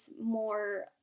more